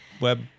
web